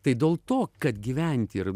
tai dėl to kad gyventi ir